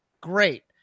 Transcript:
great